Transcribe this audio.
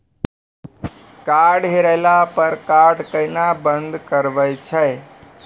Card हेरैला पर card केना बंद करबै छै?